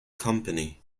company